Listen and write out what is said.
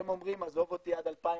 אתם אומרים, עזוב אותי עד 2050,